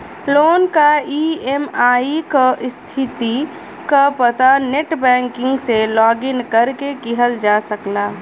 loan क EMI क स्थिति क पता नेटबैंकिंग से लॉगिन करके किहल जा सकला